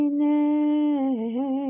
name